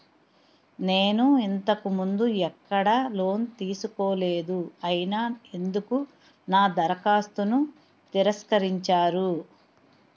నేను ఇంతకు ముందు ఎక్కడ లోన్ తీసుకోలేదు అయినా ఎందుకు నా దరఖాస్తును తిరస్కరించారు?